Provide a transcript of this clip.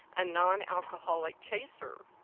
a non-alcoholic chaser.